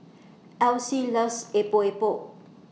Elyse loves Epok Epok